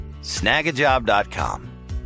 Snagajob.com